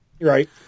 Right